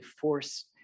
force